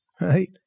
right